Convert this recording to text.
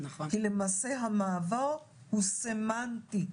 כי למעשה המעבר הוא סמנטי,